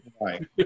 right